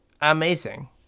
Amazing